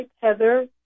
Heather